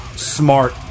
Smart